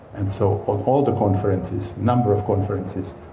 and so on all the conferences, number of conferences,